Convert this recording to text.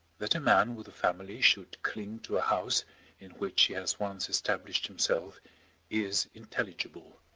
that a man with a family should cling to a house in which he has once established himself is intelligible.